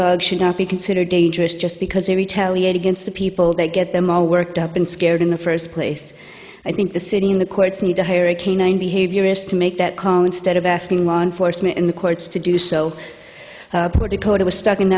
dogs should not be considered dangerous just because they retaliate against people that get them all worked up and scared in the first place i think the city and the courts need to hire a canine behaviorist to make that call instead of asking law enforcement and the courts to do so because i was stuck in